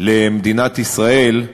למדינת ישראל,